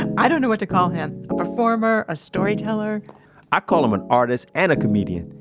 and i don't know what to call him. a performer, ah storyteller i call him an artist and a comedian,